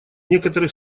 некоторых